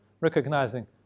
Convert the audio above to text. recognizing